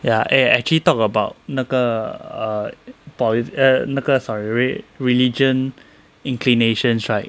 ya eh actually talk about 那个 err poli~ err 那个 sorry re~ religion inclinations right